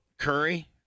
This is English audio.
curry